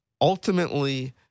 Ultimately